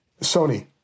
Sony